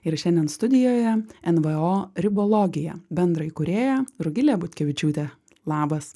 ir šiandien studijoje nvo ribologija bendraįkūrėja rugilė butkevičiūtė labas